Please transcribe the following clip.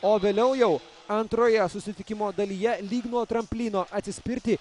o vėliau jau antroje susitikimo dalyje lyg nuo tramplyno atsispirti